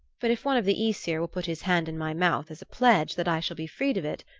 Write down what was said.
but if one of the aesir will put his hand in my mouth as a pledge that i shall be freed of it,